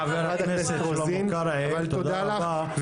חברת הכנסת רוזין, אבל תודה לך.